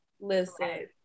listen